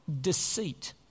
deceit